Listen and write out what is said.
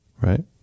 Right